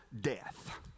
death